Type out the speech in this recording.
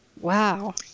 Wow